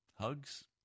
hugs